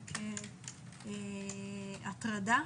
או כהטרדה?